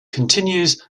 continues